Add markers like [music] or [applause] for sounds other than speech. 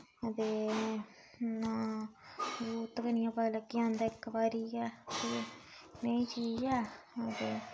अते ना [unintelligible] पता लग्गी जंदा गै इक बारी गै नेही चीज ऐ ते